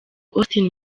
austin